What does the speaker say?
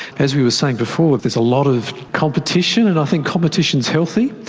as we were saying before, there's a lot of competition, and i think competition's healthy,